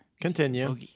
continue